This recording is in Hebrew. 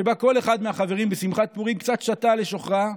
שבו כל אחד מהחברים בשמחת פורים קצת שתה לשוכרה,